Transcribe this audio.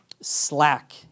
slack